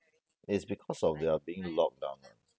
it's because of they're being lock down lah